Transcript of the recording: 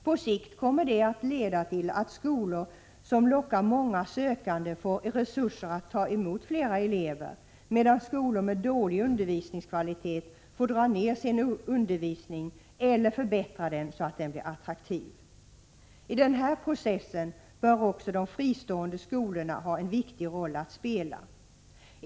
På sikt kommer det att leda till att skolor som lockar många sökande får resurser att ta emot fler elever, medan skolor med dålig undervisningskvalitet kommer att få dra ned sin verksamhet eller förbättra den så att den åter blir attraktiv. I den här processen bör också de fristående skolorna ha en viktig roll att spela.